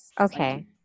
okay